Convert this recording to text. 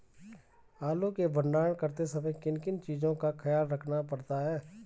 आलू के भंडारण करते समय किन किन चीज़ों का ख्याल रखना पड़ता है?